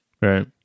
right